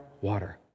water